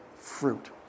fruit